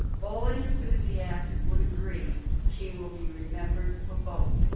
bowling enthusiasts would agree she will be remembered for both.